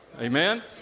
amen